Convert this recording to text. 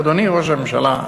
אדוני ראש הממשלה,